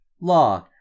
law